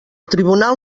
tribunal